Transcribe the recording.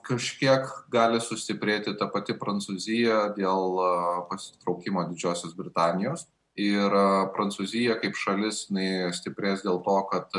kažkiek gali sustiprėti ta pati prancūzija dėl pasitraukimo didžiosios britanijos ir prancūzija kaip šalis jinai stiprės dėl to kad